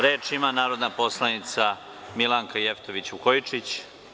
Reč ima narodna poslanica Milanka Jevtović Vukojičić.